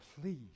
please